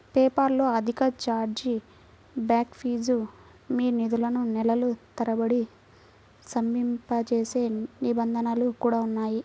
PayPal లో అధిక chargeback fee, మీ నిధులను నెలల తరబడి స్తంభింపజేసే నిబంధనలు కూడా ఉన్నాయి